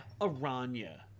aranya